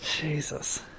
jesus